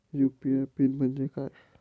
UPI PIN म्हणजे काय?